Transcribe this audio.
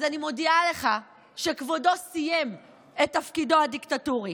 אז אני מודיע לך שכבודו סיים את תפקידו הדיקטטורי.